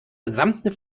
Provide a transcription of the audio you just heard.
gesamten